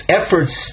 efforts